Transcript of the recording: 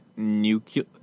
nuclear